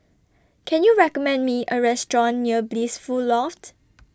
Can YOU recommend Me A Restaurant near Blissful Loft